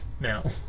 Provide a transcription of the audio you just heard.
now